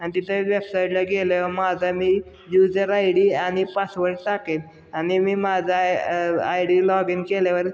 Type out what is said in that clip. आणि तिथे वेबसाईटला गेल्यावर माझा मी युजर आय डी आणि पासवर्ड टाकेन आणि मी माझा I I D log in केल्यावर